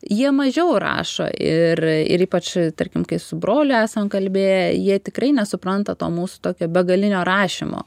jie mažiau rašo ir ir ypač tarkim kai su broliu esam kalbėję jie tikrai nesupranta to mūsų tokio begalinio rašymo